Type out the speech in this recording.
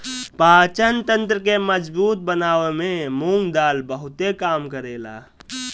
पाचन तंत्र के मजबूत बनावे में मुंग दाल बहुते काम करेला